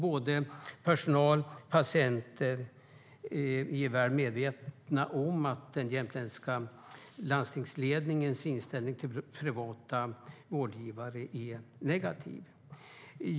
Både personal och patienter är väl medvetna om att den jämtländska landstingsledningens inställning till privata vårdgivare är negativ.